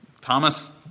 Thomas